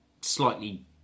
slightly